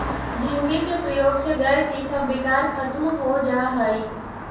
झींगी के प्रयोग से गैस इसब विकार खत्म हो जा हई